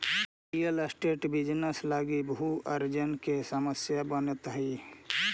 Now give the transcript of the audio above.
real estate business लगी भू अर्जन के समस्या बनित हई